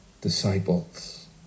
disciples